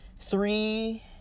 three